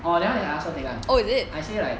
orh that one I ask her to take one I say like